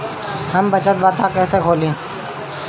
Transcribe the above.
हम बचत खाता कईसे खोली?